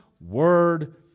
Word